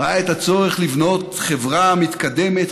ראה את הצורך לבנות חברה מתקדמת,